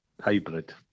hybrid